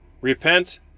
Repent